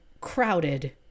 crowded